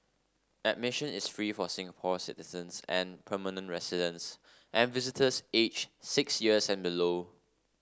admission is free for Singapore citizens and permanent residents and visitors aged six years and below